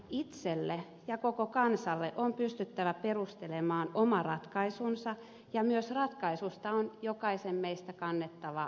itselle ja koko kansalle on pystyttävä perustelemaan oma ratkaisunsa ja ratkaisusta on myös meidän jokaisen kannettava vastuu